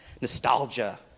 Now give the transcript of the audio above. nostalgia